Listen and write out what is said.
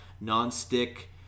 Non-stick